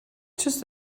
just